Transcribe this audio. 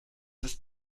ist